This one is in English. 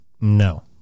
no